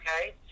okay